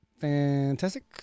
Fantastic